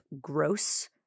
gross